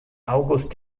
august